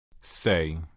Say